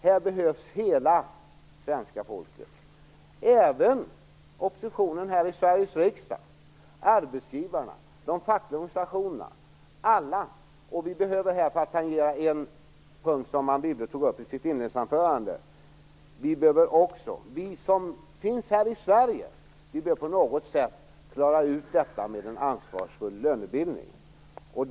Här behövs hela svenska folket, även oppositionen här i Sveriges riksdag, arbetsgivarna, de fackliga organisationerna - alla behövs. Vi här i Sverige behöver också klara ut detta med en ansvarsfull lönebildning, för att tangera en punkt som Anne Wibble tog upp i sitt inledningsanförande.